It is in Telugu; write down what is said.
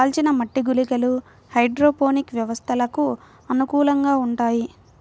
కాల్చిన మట్టి గుళికలు హైడ్రోపోనిక్ వ్యవస్థలకు అనుకూలంగా ఉంటాయి